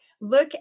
look